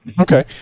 Okay